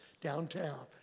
downtown